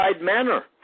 manner